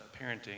parenting